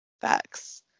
Facts